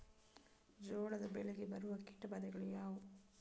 ಜೋಳದ ಬೆಳೆಗೆ ಬರುವ ಕೀಟಬಾಧೆಗಳು ಯಾವುವು?